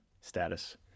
status